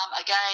Again